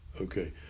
okay